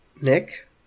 Nick